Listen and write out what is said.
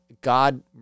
God